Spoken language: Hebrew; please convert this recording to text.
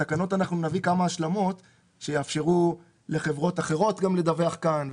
בתקנות אנחנו נביא כמה השלמות שיאפשרו לחברות אחרות גם לדווח כאן.